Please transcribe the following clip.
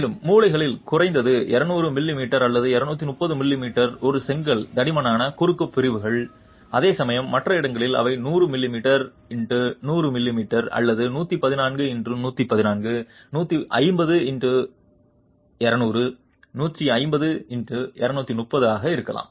மேலும் மூலைகளில் குறைந்தது 200 மிமீ அல்லது 230 மிமீ ஒரு செங்கல் தடிமனான குறுக்கு பிரிவுகள் அதேசமயம் மற்ற இடங்களில் அவை 100 மிமீ x 100 மிமீ அல்லது 114 x 114 150 x 200 150 x 230 ஆக இருக்கலாம்